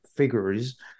figures